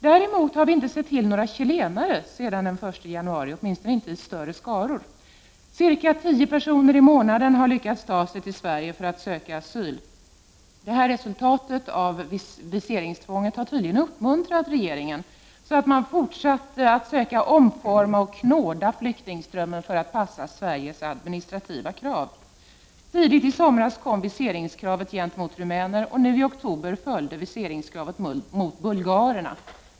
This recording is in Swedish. Däremot har vi inte sett till några chilenare sedan den 1 januari, åtminstone inte i några större skaror. Cirka 10 personer i månaden har lyckats ta sig till Sverige för att söka asyl. Detta resultat av viseringstvånget har tydligen uppmuntrat regeringen, så att den fortsatt att söka omforma och knåda flyktingströmmen så att den skall passa Sveriges administrativa krav. Tidigt i somras kom viseringskravet gentemot rumäner, och nu i oktober följde viseringskravet mot bulgarerna.